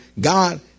God